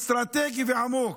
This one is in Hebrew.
אסטרטגי ועמוק,